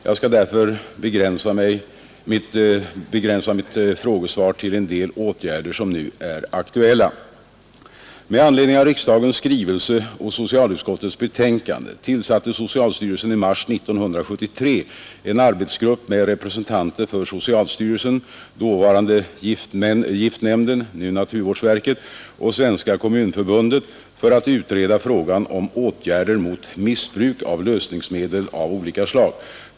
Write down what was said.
Jag skall därför begränsa mitt frågesvar till en del åtgärder som nu är aktuella. Med anledning av riksdagens skrivelse nr 253 och socialutskottets betänkande nr 33 år 1972 tillsatte socialstyrelsen i mars 1973 en arbetsgrupp med representanter för socialstyrelsen, dåvarande giftnämnden , och Svenska kommunförbundet för att utreda frågan om åtgärder mot missbruk av lösningsmedel av olika slag.